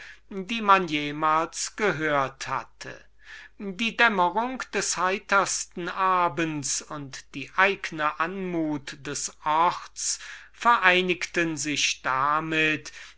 die man jemals gehört hatte die dämmerung des heitersten abends und die eigne anmut des orts vereinigten sich damit